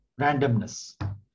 randomness